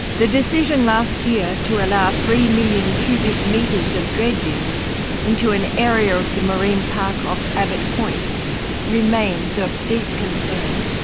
the decision last year to allow three million cubic metres of dredgings into an area of the marine park off abbott point remains of deep concern.